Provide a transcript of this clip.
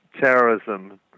terrorism